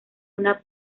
una